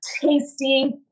tasty